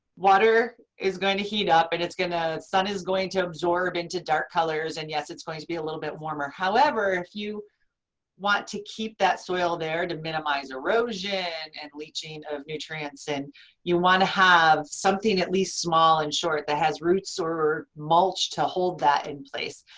water is going to heat up and it's gonna, the sun is going to absorb into dark colors, and yes it's going to be a little bit warmer. however, if you want to keep that soil there to minimize erosion, and leaching of nutrients, and you want to have something at least small and short that has roots or mulch to hold that in place.